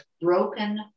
broken